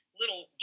little